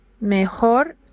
mejor